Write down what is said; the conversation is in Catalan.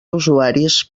usuaris